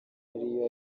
ariyo